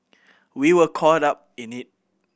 we were caught up in it